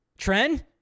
Tren